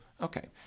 Okay